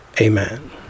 Amen